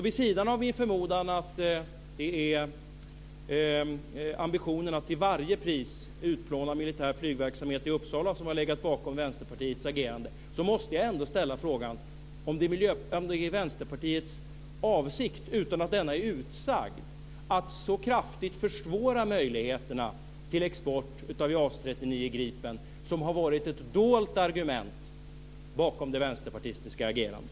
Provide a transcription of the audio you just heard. Vid sidan av min förmodan att det är ambitionen att till varje pris utplåna militär flygverksamhet i Uppsala som har legat bakom Vänsterpartiets agerande måste jag ändå ställa frågan om det är Vänsterpartiets avsikt, utan att denna är utsagd, att så kraftigt försvåra möjligheterna till export av JAS 39 Gripen som har varit ett dolt argument bakom det vänsterpartistiska agerandet.